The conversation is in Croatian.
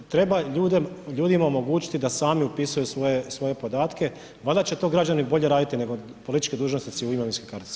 Treba ljudima omogućiti da sami upisuju svoje podatke, valjda će to građani bolje raditi nego politički dužnosnici u imovinskim karticama.